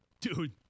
Dude